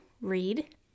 read